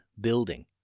building